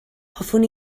hoffwn